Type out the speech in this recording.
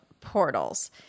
portals